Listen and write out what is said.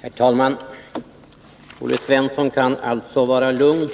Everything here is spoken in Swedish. Herr talman! Olle Svensson kan vara lugn.